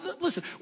listen